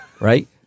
right